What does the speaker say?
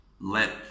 let